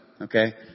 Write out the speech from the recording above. Okay